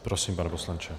Prosím, pane poslanče.